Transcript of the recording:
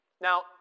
Now